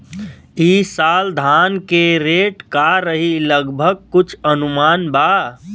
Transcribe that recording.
ई साल धान के रेट का रही लगभग कुछ अनुमान बा?